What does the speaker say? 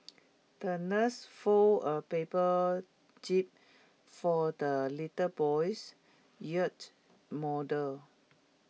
the nurse folded A paper jib for the little boy's yacht model